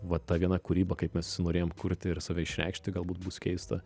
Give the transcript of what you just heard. va ta viena kūryba kaip mes visi norėjom kurti ir save išreikšti galbūt bus keista